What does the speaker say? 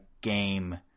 game –